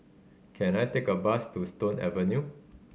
can I take a bus to Stone Avenue